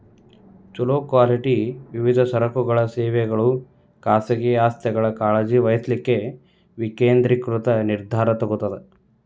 ಛೊಲೊ ಕ್ವಾಲಿಟಿ ವಿವಿಧ ಸರಕುಗಳ ಸೇವೆಗಳು ಖಾಸಗಿ ಆಸ್ತಿಯನ್ನ ಕಾಳಜಿ ವಹಿಸ್ಲಿಕ್ಕೆ ವಿಕೇಂದ್ರೇಕೃತ ನಿರ್ಧಾರಾ ತೊಗೊತದ